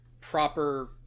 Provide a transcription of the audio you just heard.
proper